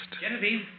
Genevieve